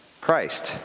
Christ